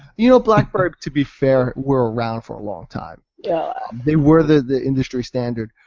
you know blackberry, to be fair, were around for a long time. yeah um they were the industry standard,